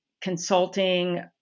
consulting